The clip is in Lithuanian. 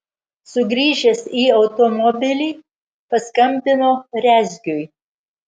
sugrįžęs į automobilį paskambino rezgiui